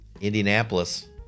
Indianapolis